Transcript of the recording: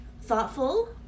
thoughtful